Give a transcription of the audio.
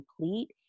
complete